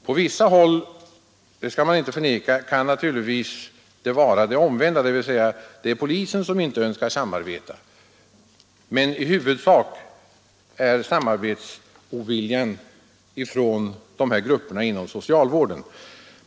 På vissa håll — det skall jag inte förneka — kan naturligtvis förhållandena vara omvända, dvs. att polisen inte önskar samarbete, men i huvudsak finns samarbetsoviljan hos dessa grupper inom socialvården.